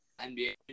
NBA